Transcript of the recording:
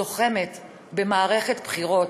לוחמת במערכת בחירות.